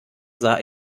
sah